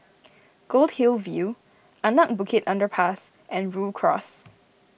Goldhill View Anak Bukit Underpass and Rhu Cross